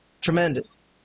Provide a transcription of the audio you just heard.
tremendous